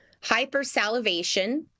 hypersalivation